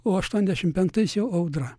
o aštuoniasdešim penktais jau audra